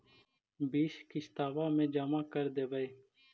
बिस किस्तवा मे जमा कर देवै?